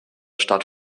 stadt